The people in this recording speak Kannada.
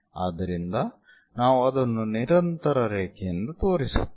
ಆದ್ದರಿಂದ ನಾವು ಅದನ್ನು ನಿರಂತರ ರೇಖೆಯಿಂದ ತೋರಿಸುತ್ತೇವೆ